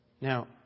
Now